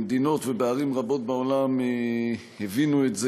במדינות ובערים רבות בעולם הבינו את זה.